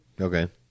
Okay